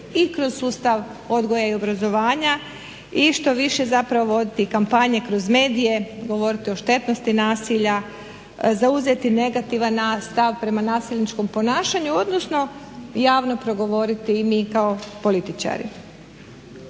i kroz sustav odgoja i obrazovanja i štoviše zapravo voditi kampanje kroz medije, govoriti o štetnosti nasilja, zauzeti negativan stav prema nasilničkom ponašanju, odnosno javno progovoriti i mi kao političari.